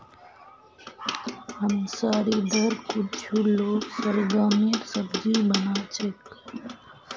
हमसार इधर कुछू लोग शलगमेर सब्जी बना छेक